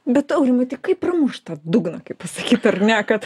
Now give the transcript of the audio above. bet aurimai tai kaip pramušt tą dugną kaip pasakyt ar ne kad